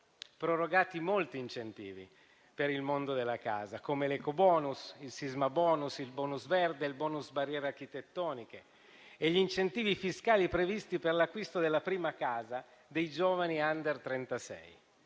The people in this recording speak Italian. prorogati molti incentivi per il mondo della casa, come l'ecobonus, il sismabonus, il *bonus* verde, il *bonus* barriere architettoniche e gli incentivi fiscali previsti per l'acquisto della prima casa per i giovani *under*